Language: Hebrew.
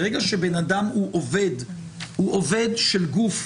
ברגע שאדם עובד של גוף,